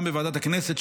גם בוועדת הכנסת,